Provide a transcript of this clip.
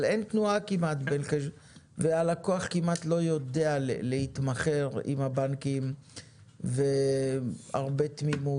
אבל אין תנועה והלקוח כמעט לא יודע להתמסחר עם הבנקים והרבה תמימות,